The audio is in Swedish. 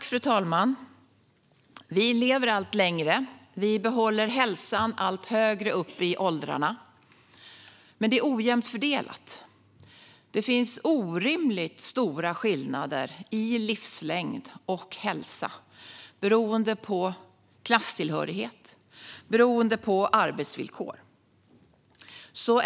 Fru talman! Vi lever allt längre och behåller hälsan allt högre upp i åldrarna. Men det är ojämnt fördelat. Det finns orimligt stora skillnader i livslängd och hälsa beroende på klasstillhörighet och arbetsvillkor.